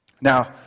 Now